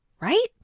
right